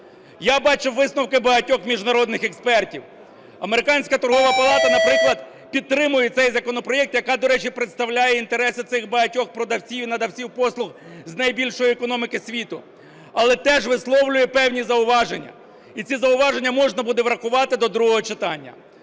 Я бачив висновки багатьох міжнародних експертів. Американська торгова палата, наприклад, підтримує цей законопроект, яка, до речі, представляє інтереси цих багатьох продавців і надавців послуг з найбільшої економіки світу. Але теж висловлює певні зауваження, і ці зауваження можна буде врахувати до другого читання.